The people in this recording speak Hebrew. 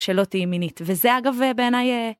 שלא תהיי מינית, וזה, אגב, בעיניי....